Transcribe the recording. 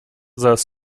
saß